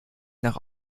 nach